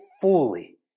fully